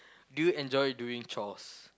do you enjoy doing chores